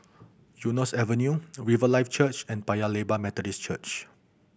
Eunos Avenue Riverlife Church and Paya Lebar Methodist Church